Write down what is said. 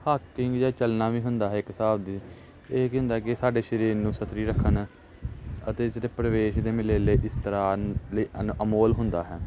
Hawking ਜਾਂ ਚਲਣਾ ਵੀ ਹੁੰਦਾ ਇੱਕ ਹਿਸਾਬ ਦੀ ਇਹ ਕੀ ਹੁੰਦਾ ਕਿ ਸਾਡੇ ਸਰੀਰ ਨੂੰ ਸਥਿਰ ਰੱਖਣ ਅਤੇ ਜਿਹੜੇ ਪ੍ਰਵੇਸ਼ ਦੇ ਮੇਲੇ ਇਸ ਤਰ੍ਹਾਂ ਅਨ ਲਈ ਅਨ ਅਮੋਲ ਹੁੰਦਾ ਹੈ